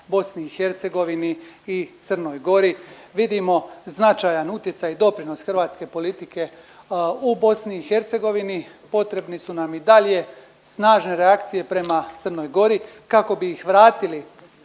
BiH i Crnoj Gori, vidimo značajan utjecaj i doprinos hrvatske politike u BiH, potrebni su nam i dalje snažne reakcije prema Crnoj Gori kako bi ih vratili